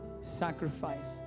sacrifice